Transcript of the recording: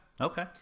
okay